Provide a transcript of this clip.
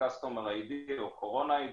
customer ID או Corona ID